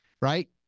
Right